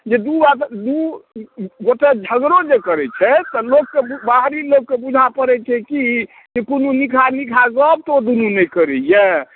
जे दू दू गोटे झगड़ो जे करैत छै तऽ लोक कऽ बाहरी लोक कऽ बुझाए पड़ैत छै की कि कोनो निकहा निकहा गप ओ दुनूमे करैए